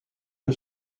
que